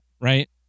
right